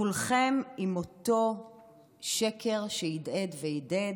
כולם עם אותו שקר שהדהד והדהד: